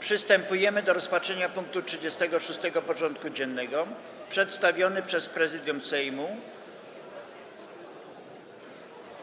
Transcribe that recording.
Przystępujemy do rozpatrzenia punktu 36. porządku dziennego: Przedstawiony przez Prezydium Sejmu